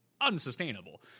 unsustainable